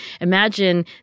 Imagine